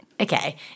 Okay